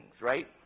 Right